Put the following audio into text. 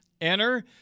Enter